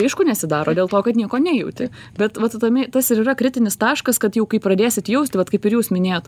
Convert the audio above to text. aišku nesidaro dėl to kad nieko nejauti bet vat įdomi tas ir yra kritinis taškas kad jau kai pradėsit jaust vat kaip ir jūs minėjot